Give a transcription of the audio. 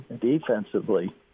defensively